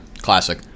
classic